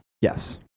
Yes